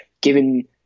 given